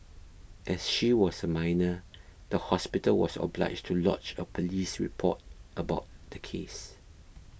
as she was a minor the hospital was obliged to lodge a police report about the case